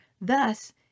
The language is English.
thus